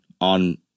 on